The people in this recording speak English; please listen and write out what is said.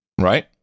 Right